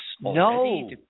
No